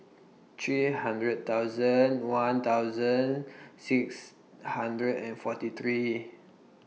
three hundred thousand one thousand six hundred and forty three